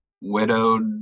widowed